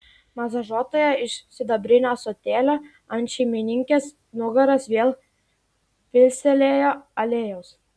masažuotoja iš sidabrinio ąsotėlio ant šeimininkės nugaros vėl pilstelėjo aliejaus